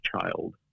child